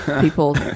people